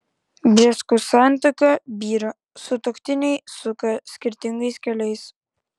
bžeskų santuoka byra sutuoktiniai suka skirtingais keliais